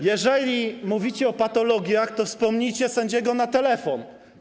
Jeżeli mówicie o patologiach, to wspomnijcie sędziego na telefon.